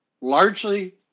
largely